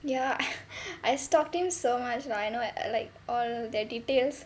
ya I stalked him so much lah I know li~ like all the details